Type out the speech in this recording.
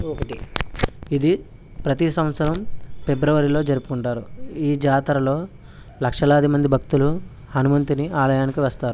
ఒకటి ఇది ప్రతీ సంవత్సరం ఫిబ్రవరిలో జరుపుకుంటారు ఈ జాతరలో లక్షలాది మంది భక్తులు హనుమంతుని ఆలయానికి వస్తారు